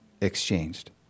exchanged